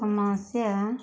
ସମସ୍ୟା